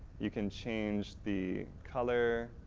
you can change the color,